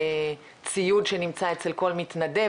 בציוד שנמצא אצל כל מתנדב,